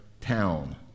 town